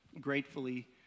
gratefully